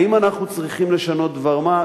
האם אנחנו צריכים לשנות דבר מה?